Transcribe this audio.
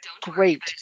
great